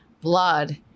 blood